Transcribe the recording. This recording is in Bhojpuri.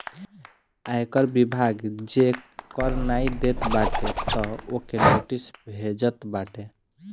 आयकर विभाग जे कर नाइ देत बाटे तअ ओके नोटिस भेजत बाटे